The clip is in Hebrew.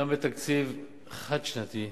גם בתקציב חד-שנתי,